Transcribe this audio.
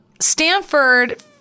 Stanford